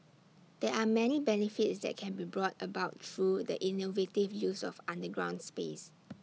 there are many benefits that can be brought about through the innovative use of underground space